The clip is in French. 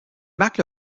marque